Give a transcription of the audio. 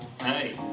Hey